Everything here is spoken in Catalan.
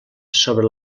sobre